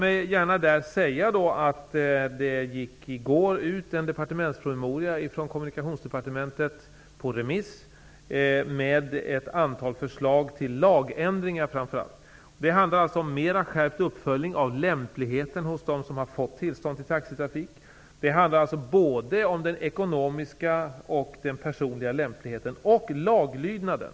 I går gick en departementspromemoria från Kommunikationsdepartementet ut på remiss med ett antal förslag till framför allt lagändringar. Det handlar om skärpt uppföljning av lämpligheten hos dem som har fått tillstånd till taxitrafik. Det gäller såväl den ekonomiska och personliga lämpligheten som laglydnaden.